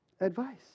advice